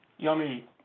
Yummy